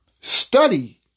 Study